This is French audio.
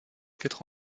quatre